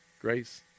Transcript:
grace